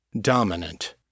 dominant